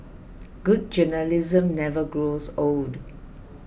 good journalism never grows old